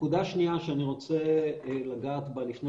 נקודה שנייה שאני רוצה לגעת בה לפני